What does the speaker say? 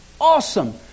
Awesome